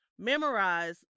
Memorize